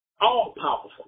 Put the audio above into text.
all-powerful